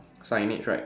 signage right